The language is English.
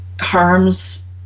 harms